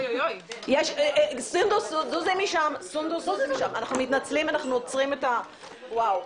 אנחנו מתנצלים, אנחנו עוצרים את הדיון.